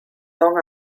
long